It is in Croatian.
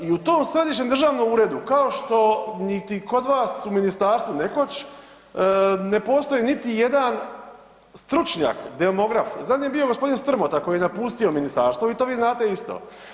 I u tom središnjem državnom uredu, kao što niti kod vas u ministarstvu nekoć, ne postoji niti jedan stručnjak, demograf, zadnji je bio g. Strmota koji je napustio ministarstvo, vi to vi znate isto.